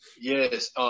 Yes